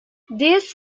these